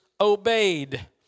obeyed